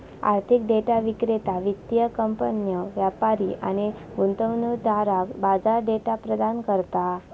आर्थिक डेटा विक्रेता वित्तीय कंपन्यो, व्यापारी आणि गुंतवणूकदारांका बाजार डेटा प्रदान करता